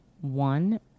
One